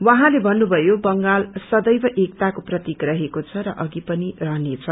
उहाँले भन्नुभयो बंगाल सदैव एकताको प्रतिक रहेको छ र अधि पनि रहनेछ